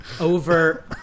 over